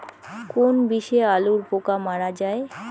কোন বিষে আলুর পোকা মারা যায়?